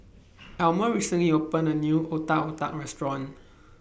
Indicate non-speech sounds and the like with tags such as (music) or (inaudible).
(noise) Almer recently opened A New Otak Otak Restaurant (noise)